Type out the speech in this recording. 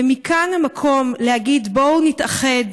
ומכאן המקום להגיד: בואו נתאחד.